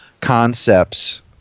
concepts